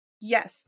Yes